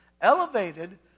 elevated